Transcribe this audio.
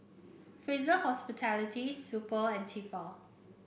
Fraser Hospitality Super and Tefal